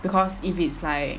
because if it's like